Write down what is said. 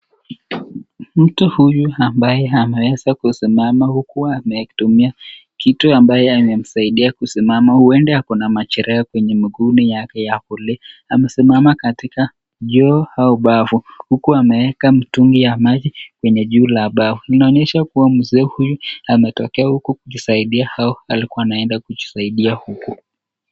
Mtu huyu ambaye ameweza kusimama huku ametumia kitu ambayo imemsaidia kusimama. Huenda ako na majeraha kwenye mguu yake ya kulia. Amesimama katika choo au bafu, huku ameweka mtungi ya maji kwenye juu la bafu. Inaonyesha kuwa mzee huyu ametokea huku kujisaidia au alikuwa anaenda kujisaidia huku.